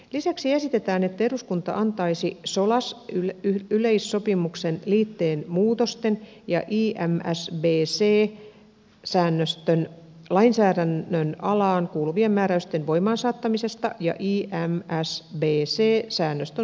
lisäksi esitetään että eduskunta hyväksyisi ehdotuksen solas yleissopimuksen liitteeseen tehtyjen muutosten ja imsbc säännöstön lainsäädännön alaan kuuluvien määräysten voimaansaattamisesta ja imsbc säännöstön soveltamisesta